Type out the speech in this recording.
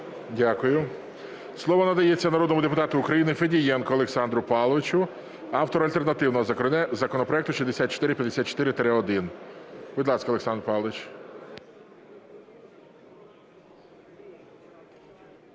Дякую. Слово надається народному депутату України Федієнку Олександру Павловичу, автору альтернативного законопроекту 6454-1. Будь ласка, Олександр Павлович.